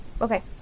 Okay